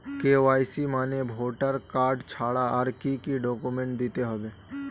KYC মানে voter card ছাড়া আর কি কি ডকুমেন্ট দিতে হবে?